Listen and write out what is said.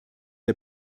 der